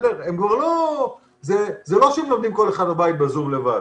זה לא שהם לומדים כל אחד בבית בזום לבד,